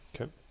Okay